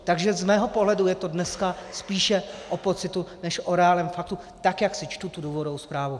Takže z mého pohledu je to dneska spíše o pocitu než o reálném faktu, tak jak si čtu důvodovou zprávu.